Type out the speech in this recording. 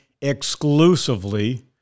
exclusively